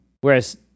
Whereas